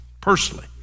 personally